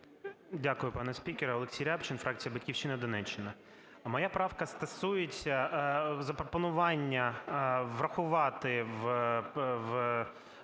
Дякую, пане спікер. Олексій Рябчин, фракція "Батьківщина", Донеччина. Моя правка стосується запропонування врахувати в